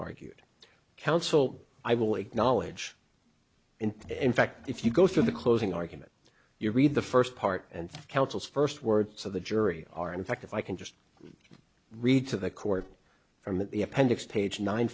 argued counsel i will acknowledge in in fact if you go through the closing argument you read the first part and counsel's first words of the jury are in fact if i can just read to the court from the appendix page nine